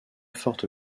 forte